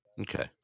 Okay